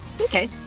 Okay